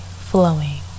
flowing